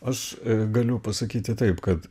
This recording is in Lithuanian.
aš galiu pasakyti taip kad